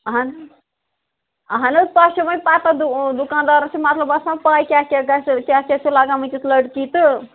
اَہَن اَہَن حظ تۄہہِ چھُو وۅنۍ پَتاہ دُ دُکانٛدارَس چھُ مطلب آسان پےَ کیٛاہ کیٛاہ گَژھِ کیٛاہ کیٛاہ چھُ لَگان وُنکٮ۪س لٔڑکی تہٕ